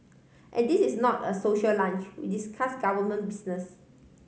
and this is not a social lunch we discuss government business